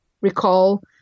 recall